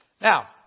Now